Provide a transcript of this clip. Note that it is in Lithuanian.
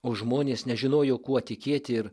o žmonės nežinojo kuo tikėti ir